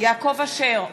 יעקב אשר,